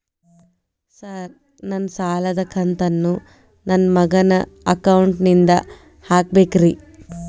Sir ನನ್ನ ಸಾಲದ ಕಂತನ್ನು ನನ್ನ ಮಗನ ಅಕೌಂಟ್ ನಿಂದ ಹಾಕಬೇಕ್ರಿ?